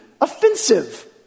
offensive